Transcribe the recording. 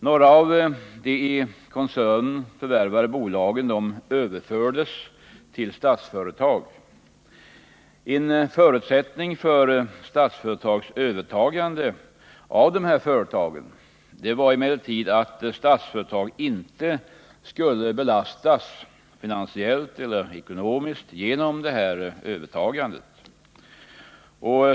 Några av de i koncernen förvärvade bolagen överfördes till Statsföretag. En förutsättning för Statsföretags övertagande av företagen var emellertid att Statsföretag inte skulle belastas finansiellt eller ekonomiskt genom övertagandet.